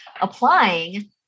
applying